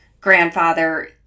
grandfather